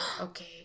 Okay